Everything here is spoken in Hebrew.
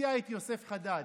הוציאה את יוסף חדד.